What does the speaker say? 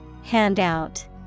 Handout